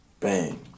Bang